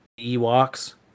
Ewoks